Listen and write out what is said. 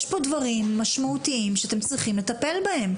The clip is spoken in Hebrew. יש פה דברים משמעותיים שאתם צריכים לטפל בהם.